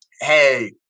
hey